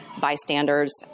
bystanders